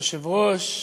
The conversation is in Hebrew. כבוד היושב-ראש,